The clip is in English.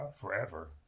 forever